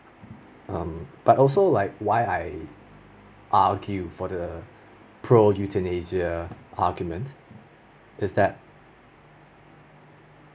um but also like why I argue for the pro-euthanasia argument is that